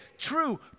True